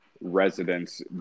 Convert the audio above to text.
residents